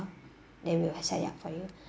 then we will set it up for you